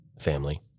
family